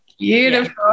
Beautiful